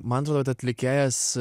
man atrodo kad atlikėjas